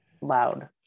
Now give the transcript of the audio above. loud